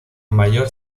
mayor